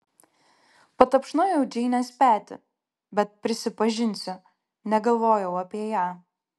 patapšnojau džeinės petį bet prisipažinsiu negalvojau apie ją